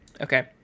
Okay